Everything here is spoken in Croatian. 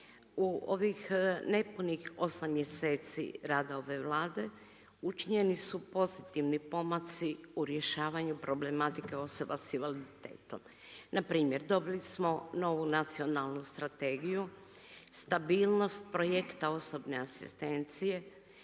u ovih nepunih 8 mjeseci rada ove Vlade, učinjeni su pozitivni pomaci u rješavanju problematike osoba sa invaliditetom, npr. dobili smo novu nacionalnu strategiju, stabilnost projekta osobne asistencije,